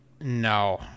No